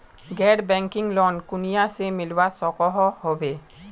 गैर banking loan कुनियाँ से मिलवा सकोहो होबे?